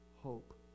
hope